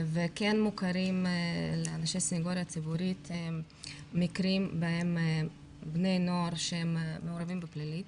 מוכרים לאנשי הסנגוריה הציבורית מקרים בהם בני נוער שהם מעורבים בפלילים